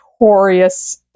notorious